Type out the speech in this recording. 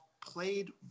Played